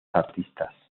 artistas